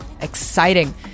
exciting